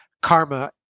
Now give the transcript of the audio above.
karma